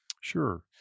Sure